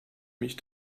mich